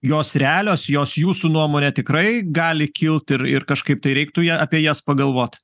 jos realios jos jūsų nuomone tikrai gali kilt ir ir kažkaip tai reiktų ja apie jas pagalvoti